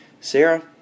Sarah